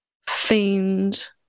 fiend